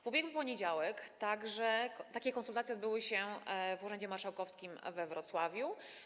W ubiegły poniedziałek takie konsultacje odbyły się w urzędzie marszałkowskim we Wrocławiu.